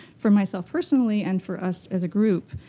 for myself, personally, and for us as a group.